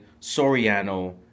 Soriano